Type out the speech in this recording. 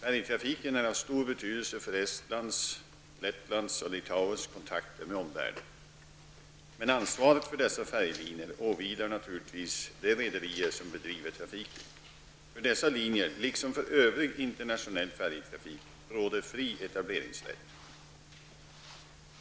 Färjetrafiken är av stor betydelse för Estlands, Lettlands och Litauens kontakter med omvärlden. Men ansvaret för dessa färjelinjer åvilar naturligtvis de rederier som bedriver trafiken. För dessa linjer, liksom för övrig internationell färjetrafik, råder fri etableringsrätt.